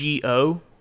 GO